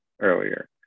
earlier